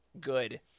good